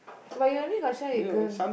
but you only got share with girl